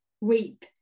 reap